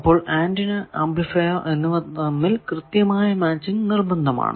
അപ്പോൾ antenna amplifier എന്നിവ തമ്മിൽ കൃത്യമായ മാച്ചിങ് നിർബന്ധമാണ്